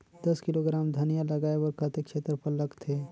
दस किलोग्राम धनिया लगाय बर कतेक क्षेत्रफल लगथे?